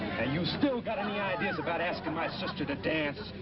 and you still got any ideas about asking my sister to dance,